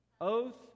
Oath